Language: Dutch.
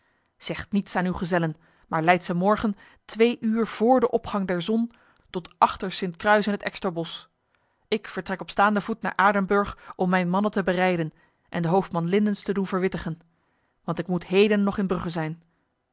zegt niets aan uw gezellen maar leidt ze morgen twee uur voor de opgang der zon tot achter sint kruis in het eksterbos ik vertrek op staande voet naar aardenburg om mijn mannen te bereiden en de hoofdman lindens te doen verwittigen want ik moet heden nog in brugge zijn